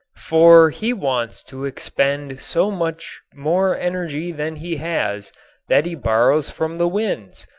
for he wants to expend so much more energy than he has that he borrows from the winds,